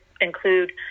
include